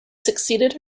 succeeded